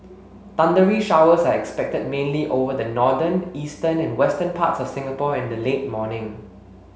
thundery showers are expected mainly over the northern eastern and western parts of Singapore in the late morning